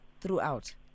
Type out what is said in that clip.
Throughout